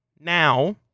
Now